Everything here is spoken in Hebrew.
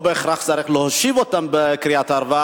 לא בהכרח צריך להושיב אותם בקריית-ארבע.